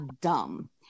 dumb